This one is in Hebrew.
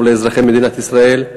טוב לאזרחי מדינת ישראל,